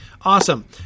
Awesome